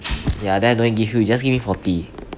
ya then I don't need give you just give me forty